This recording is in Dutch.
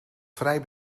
vrij